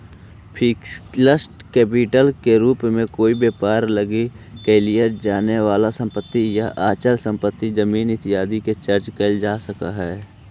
fixed capital के रूप में कोई व्यापार लगी कलियर जाने वाला संपत्ति या अचल संपत्ति जमीन इत्यादि के चर्चा कैल जा सकऽ हई